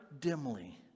dimly